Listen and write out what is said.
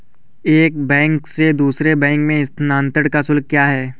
एक बैंक से दूसरे बैंक में स्थानांतरण का शुल्क क्या है?